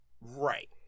Right